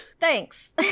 thanks